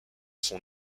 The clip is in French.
son